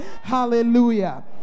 Hallelujah